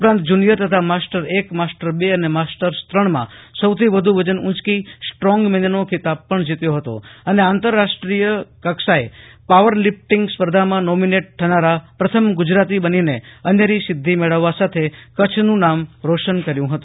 ઉપરાંત જૂનીયર તથા માસ્ટર એક માસ્ટર્સ બે અને માસ્ટર્સ ત્રણ માં સૌથી વધુ વજન ઉંચકી સ્ટ્રોંગ મેનનો ખિતાબ પણ જીત્યો હતો અને આંતરરાષ્ટ્રીય સ્તરે પાવરલિફ્રિંટગ સ્પર્ધામાં નોમિનેટ થનારા પ્રથમ ગુજરાતી બનીને અનેરી સિદ્ધી મેળવવા સાથે કચ્છનું નામ રોશન કર્યું છે